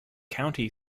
county